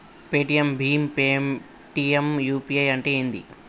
Paytm భీమ్ Paytm UPI అంటే ఏంది?